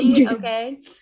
Okay